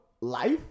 life